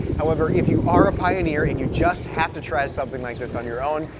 however, if you are a pioneer and you just have to try something like this on your own,